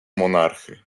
monarchy